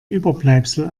überbleibsel